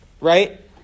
right